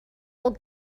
will